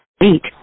Eight